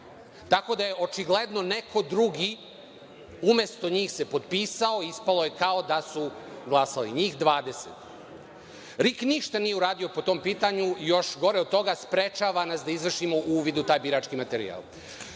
Tako da, očigledno je da se neko drugi umesto njih potpisao i ispalo je kao da su glasali, njih 20. RIK ništa nije uradio po tom pitanju i, još gore od toga, sprečava nas da izvršimo uvid u taj birački materijal.